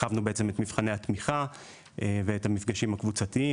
הרחבנו את מבחני התמיכה ואת המפגשים הקבוצתיים.